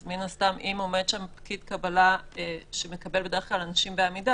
אז אם עומד שם פקיד קבלה שמקבל בדרך כלל אנשים בעמידה,